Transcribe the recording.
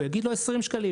הוא יגיד לו 20 שקלים,